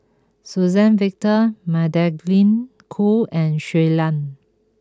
Suzann Victor Magdalene Khoo and Shui Lan